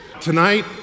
Tonight